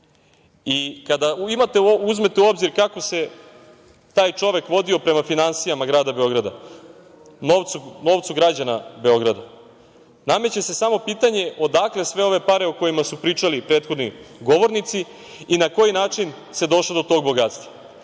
uzmete u obzir kako se taj čovek vodio prema finansijama grada Beograda, novcu građana Beograda, nameće se samo pitanje – odakle sve ove pare o kojima su pričali prethodni govornici i na koji način se došlo do tog bogatstva? Ovim